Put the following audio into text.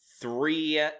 Three